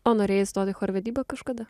o norėjai įstot į chorvedybą kažkada